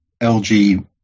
LG